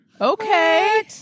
Okay